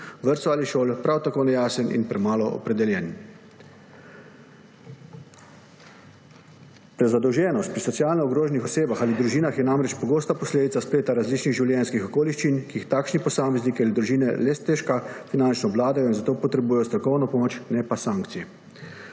vrtcev ali šol, prav tako ni jasen in je premalo opredeljen. Prezadolženost pri socialno ogroženih osebah ali družinah je namreč pogosta posledica spleta različnih življenjskih okoliščin, ki jih takšni posamezniki ali družine le stežka finančno obvladajo, in zato potrebujejo strokovno pomoč, ne pa sankcije.